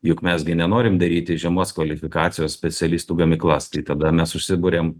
juk mes gi nenorim daryti žemos kvalifikacijos specialistų gamyklas tai tada mes užsiburiam